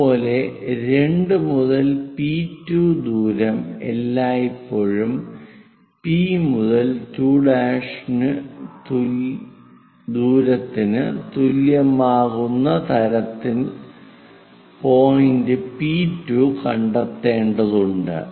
അതുപോലെ 2 മുതൽ P2 ദൂരം എല്ലായ്പ്പോഴും P മുതൽ 2' ദൂരത്തിന് തുല്യമാകുന്ന തരത്തിൽ പോയിന്റ് P2 കണ്ടെത്തേണ്ടതുണ്ട്